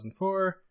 2004